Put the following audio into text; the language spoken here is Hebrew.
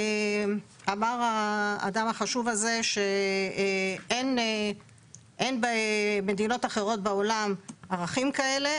אמר האדם החשוב הזה שאין במדינות אחרות בעולם ערכים כאלה.